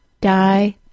die